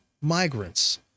migrants